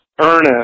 Ernest